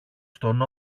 στον